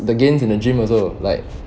the gains in the gym also like